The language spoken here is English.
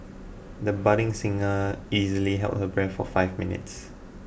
the budding singer easily held her breath for five minutes